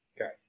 Okay